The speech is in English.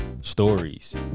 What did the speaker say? stories